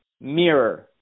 mirror